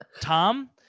Tom